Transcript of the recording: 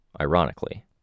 ironically